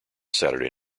saturday